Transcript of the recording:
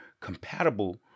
compatible